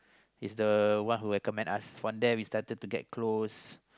is the one who recommend us one day we started to get close